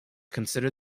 consider